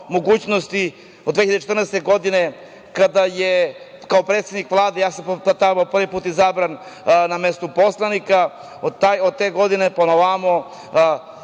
mogućnosti od 2014. godine, kada je kao predsednik Vlade, ja sam prvi put izabran na mestu poslanika, od te godine, pa na ovamo